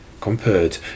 compared